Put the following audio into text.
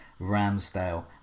Ramsdale